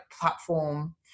platform